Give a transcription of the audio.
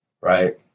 right